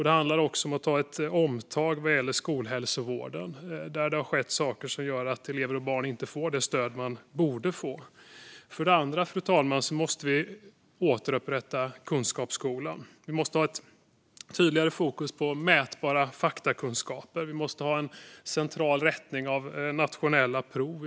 Det handlar också om att göra ett omtag när det gäller skolhälsovården, där det har skett saker som gör att elever och barn inte får det stöd de borde få. För det andra, fru talman, måste vi återupprätta kunskapsskolan. Vi måste ha tydligare fokus på mätbara faktakunskaper. Vi måste ha en central rättning av nationella prov.